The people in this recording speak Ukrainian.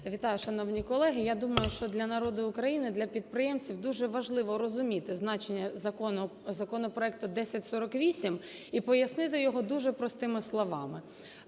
Вітаю, шановні колеги, я думаю, що для народу України для підприємців дуже важливо розуміти значення законопроекту 1048 і пояснити його дуже простими словами.